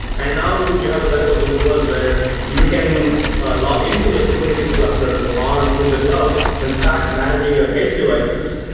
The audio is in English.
and now you have the best of both worlds, where you can log into your kubernetes cluster on in the cloud and start managing your edge devices,